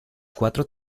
cuatro